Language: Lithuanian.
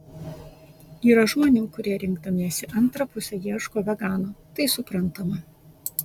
yra žmonių kurie rinkdamiesi antrą pusę ieško vegano tai suprantama